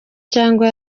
cyangwa